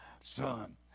son